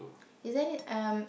is there any um